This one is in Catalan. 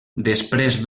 després